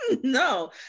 No